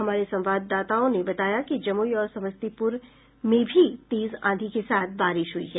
हमारे संवाददाताओं ने बताया कि जमुई और समस्तीपुर में भी तेज आंधी के साथ बारिश हुई है